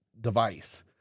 device